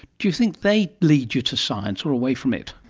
do you think they lead you to science or away from it?